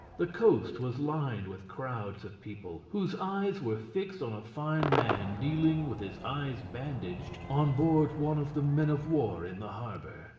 the coast was lined with crowds of people, whose eyes were fixed on a fine man kneeling, with his eyes bandaged, on board one of the men of war in the harbour.